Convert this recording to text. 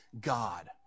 God